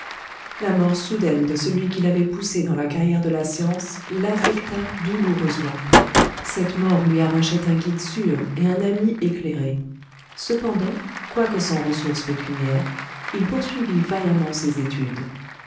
la mort soudaine de celui qui l'avait poussé dans la carrière de la science l'affecta douloureusement cette mort lui arrachait un guide sûr et un ami éclairé cependant quoique sans ressources pécuniaires il poursuivit vaillamment ses études